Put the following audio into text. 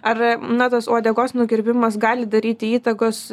ar na tos uodegos nukirpimas gali daryti įtakos